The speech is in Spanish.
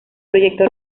proyecto